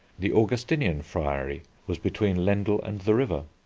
the augustinian friary was between lendal and the river.